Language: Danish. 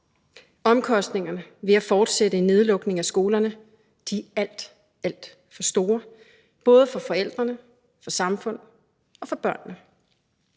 Omkostningerne ved at fortsætte en nedlukning af skolerne er alt, alt for store, både for forældrene, for samfundet og for børnene.